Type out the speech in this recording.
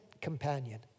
companion